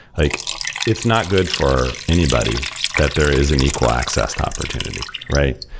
like it's not good for anybody that there is an equal access to opportunity, right?